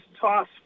toss